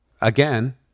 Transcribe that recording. again